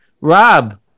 Rob